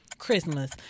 christmas